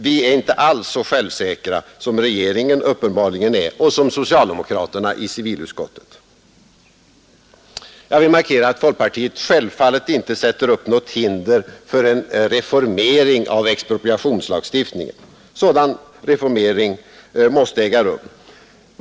Vi är inte så självsäkra som regeringen och socialdemokraterna i civilutskottet uppenbarligen är. Jag vill markera att folkpartiet självfallet inte sätter upp något hinder för en reformering av expropriationslagen. En sådan reformering måste äga rum.